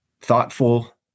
thoughtful